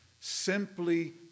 simply